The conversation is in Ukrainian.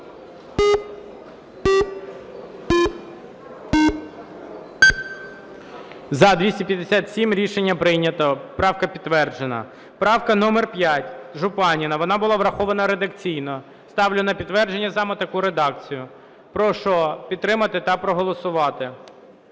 За-257 Рішення прийнято. Правка підтверджена. Правка номер 5, Жупанина. Вона була врахована редакційно. Ставлю на підтвердження саме таку редакцію. Прошу підтримати та проголосувати.